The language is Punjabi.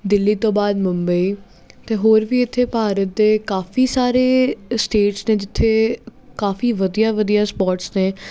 ਦਿੱਲੀ ਤੋਂ ਬਾਅਦ ਮੁੰਬਈ ਅਤੇ ਹੋਰ ਵੀ ਇੱਥੇ ਭਾਰਤ ਦੇ ਕਾਫੀ ਸਾਰੇ ਸਟੇਟਸ ਨੇ ਜਿੱਥੇ ਕਾਫੀ ਵਧੀਆ ਵਧੀਆ ਸਪੋਰਟਸ ਨੇ